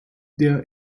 der